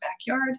backyard